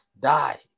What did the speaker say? die